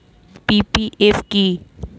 PPF কি?